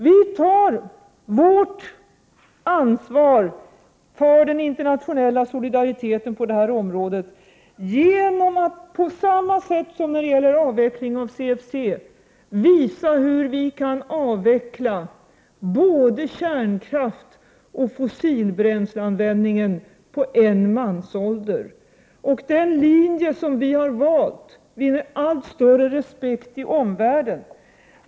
Vi tar vårt ansvar för den internationella solidariteten på det här området genom att på samma sätt som när det gäller avveckling av CFC visa hur vi kan avveckla både kärnkraften och fossilbränsleanvändningen på en mansålder. Den linje som vi har valt vinner allt större respekt i omvärlden.